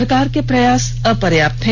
सरकार के प्रयास अपर्याप्त है